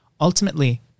Ultimately